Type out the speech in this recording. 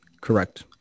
Correct